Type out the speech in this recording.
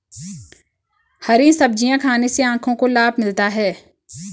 हरी सब्जियाँ खाने से आँखों को लाभ मिलता है